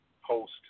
host